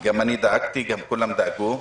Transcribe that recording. גם אני דאגתי, כולם דאגו,